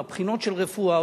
עם הבחינות של רפואה.